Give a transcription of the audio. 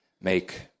make